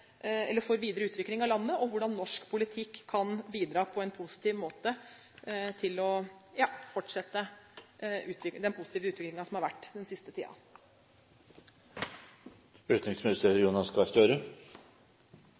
utvikling av landet, og hvordan norsk politikk kan bidra på en positiv måte for å fortsette den siste tidens positive utvikling. Som interpellanten gjør rede for, er den siste